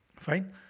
fine